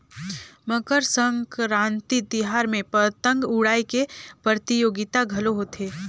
मकर संकरांति तिहार में पतंग उड़ाए के परतियोगिता घलो होथे